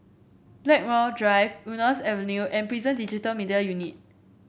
Blackmore Drive Eunos Avenue and Prison Digital Media Unit